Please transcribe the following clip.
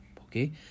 Okay